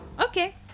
Okay